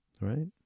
Right